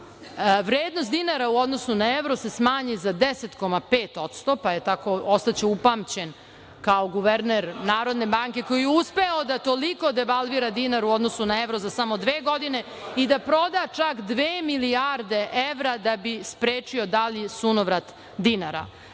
vrednost dinara u odnosu na evro smanji za 10,5%, pa će tako ostati upamćen kao guverner Narodne banke koji je uspeo da toliko devalvira dinar u odnosu na evro za samo dve godine i da proda čak dve milijarde evra da bi sprečio dalji sunovrat dinara.